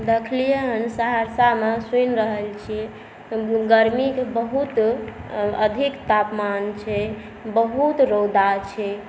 देखलियै हँ सहरसामे सुनि रहल छियै गरमीक बहुत अधिक तापमान छै बहुत रौदा छै